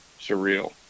surreal